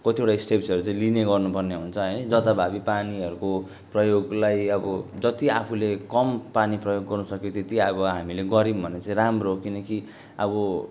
कतिवटा स्टेप्सहरू चाहिँ लिने गर्नुपर्ने हुन्छ है जताभावी पानीहरूको प्रयोगलाई अब जति आफूले कम पानी प्रयोग गर्नसक्यो त्यति अब हामीले गरौँ भने चाहिँ राम्रो किनकि अब